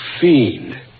fiend